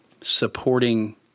supporting